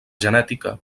genètica